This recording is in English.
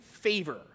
favor